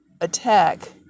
attack